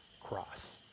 cross